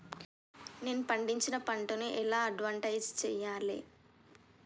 నేను పండించిన పంటను ఎలా అడ్వటైస్ చెయ్యాలే?